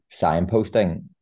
signposting